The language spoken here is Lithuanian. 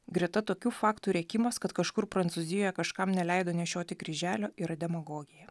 greta tokių faktų rėkimas kad kažkur prancūzijoj kažkam neleido nešioti kryželio yra demagogija